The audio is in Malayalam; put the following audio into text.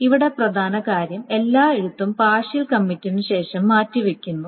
ഇവിടെ പ്രധാന കാര്യം എല്ലാ എഴുത്തും പാർഷ്യൽ കമ്മിറ്റിനു ശേഷം മാറ്റിവയ്ക്കുന്നു